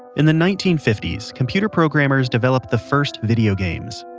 in the nineteen fifty s computer programmers developed the first videos games.